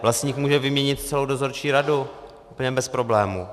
Vlastník může vyměnit celou dozorčí radu úplně bez problémů.